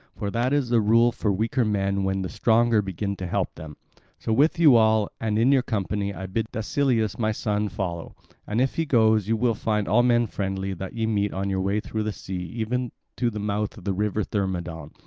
for that is the rule for weaker men when the stronger begin to help them. so with you all, and in your company, i bid dascylus my son follow and if he goes, you will find all men friendly that ye meet on your way through the sea even to the mouth of the river thermodon.